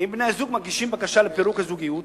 אם בני-הזוג מגישים בקשה לפירוק הזוגיות